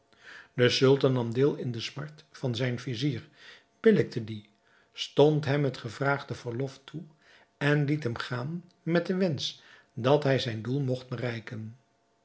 de sultan nam deel in de smart van zijn vizier billijkte die stond hem het gevraagde verlof toe en liet hem gaan met den wensch dat hij zijn doel mogt bereiken